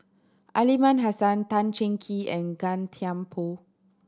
Aliman Hassan Tan Cheng Kee and Gan Thiam Poh